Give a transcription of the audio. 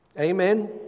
Amen